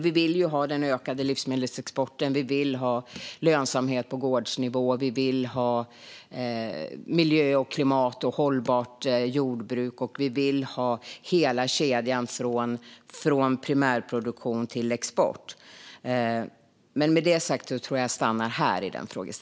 Vi vill ju ha ökad livsmedelsexport, lönsamhet på gårdsnivå och miljö klimatvänligt och hållbart jordbruk. Vi vill ha hela kedjan från primärproduktion till export.